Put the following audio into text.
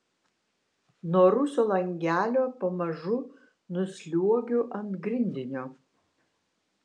nuo rūsio langelio pamažu nusliuogiu ant grindinio